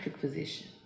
physician